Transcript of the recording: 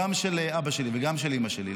גם של אבא שלי וגם של אימא שלי,